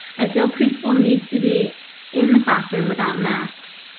i feel preschool needs to be in the classroom without masks.